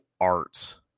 art